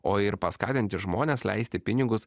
o ir paskatinti žmones leisti pinigus